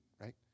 right